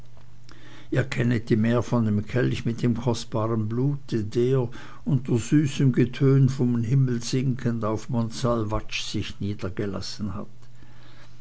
ihr kennet die mär von dem kelch mit dem kostbaren blute der unter süßem getön vom himmel sinkend auf montsalvatsch sich niedergelassen hat